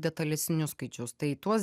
detalesnius skaičius tai tuos